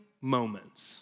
moments